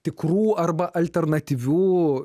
tikrų arba alternatyvių